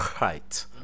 right